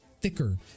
thicker